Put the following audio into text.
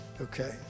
okay